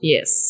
Yes